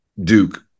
Duke